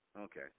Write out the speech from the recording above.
Okay